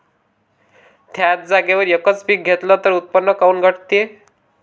थ्याच जागेवर यकच पीक घेतलं त उत्पन्न काऊन घटते?